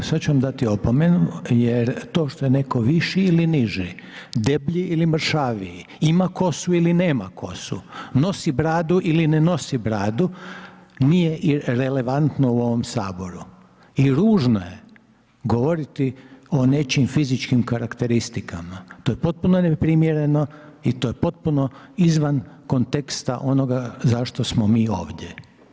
Ovako, sad ću vam dati opomenu jer to što je netko viši ili niži, deblji ili mršaviji, ima kosu ili nema kosu, nosi bradu ili ne nosi bradu, nije relevantno u ovom HS i ružno je govoriti o nečijim fizičkim karakteristikama, to je potpuno neprimjereno i to je potpuno izvan konteksta onoga zašto smo mi ovdje.